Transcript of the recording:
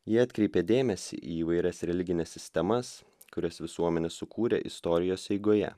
ji atkreipė dėmesį į įvairias religines sistemas kurias visuomenė sukūrė istorijos eigoje